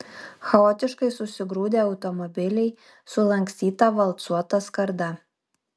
chaotiškai susigrūdę automobiliai sulankstyta valcuota skarda